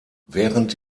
während